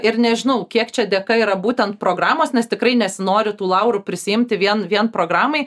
ir nežinau kiek čia dėka yra būtent programos nes tikrai nesinori tų laurų prisiimti vien vien programai